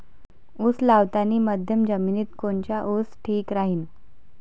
उस लावतानी मध्यम जमिनीत कोनचा ऊस ठीक राहीन?